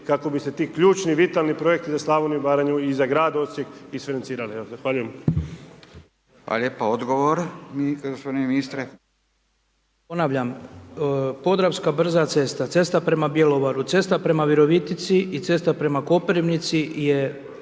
kako bi se ti ključni, vitalni projekti za Slavoniju, Baranju i za grad Osijek isfinancirali. Evo,